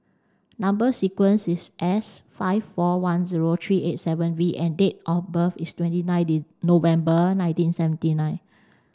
number sequence is S five four one zero three eight seven V and date of birth is twenty November nineteen seventy nine